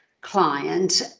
client